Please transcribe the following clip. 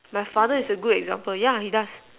my father is a good example yeah he does